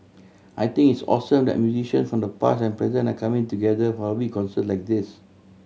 I think it's awesome that musicians from the past and present are coming together for a big concert like this